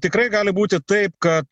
tikrai gali būti taip kad